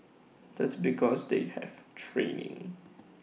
that's because they have training